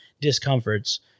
discomforts